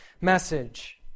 message